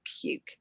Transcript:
puke